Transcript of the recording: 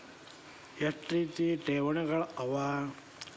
ಎಷ್ಟ ರೇತಿ ಠೇವಣಿಗಳ ಅವ?